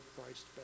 Christ